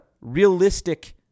realistic